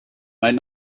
might